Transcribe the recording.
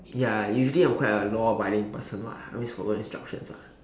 ya usually I'm quite a law abiding person [what] I always follow instructions lah